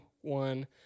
one